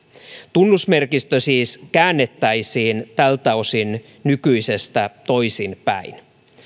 tunnusmerkistö siis käännettäisiin tältä osin nykyisestä toisinpäin